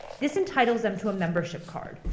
this entitles them to a membership card.